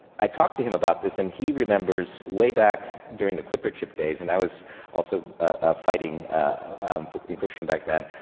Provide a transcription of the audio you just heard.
i talked to him about this and he remembers way back during the clipper chip days. and i was also ah fighting for encryption back then.